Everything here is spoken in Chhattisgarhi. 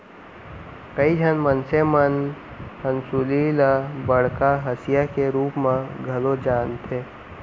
कइ झन मनसे मन हंसुली ल बड़का हँसिया के रूप म घलौ जानथें